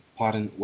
pardon